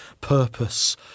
purpose